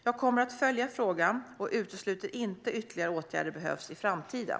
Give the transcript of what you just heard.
Jag kommer att följa frågan och utesluter inte att ytterligare åtgärder behövs i framtiden.